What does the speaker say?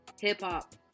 hip-hop